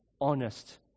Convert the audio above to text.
honest